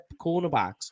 cornerbacks